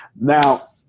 Now